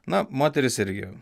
na moterys irgi